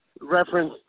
reference